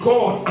God